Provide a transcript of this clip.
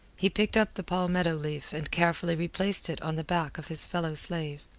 he picked up the palmetto leaf and carefully replaced it on the back of his fellow-slave.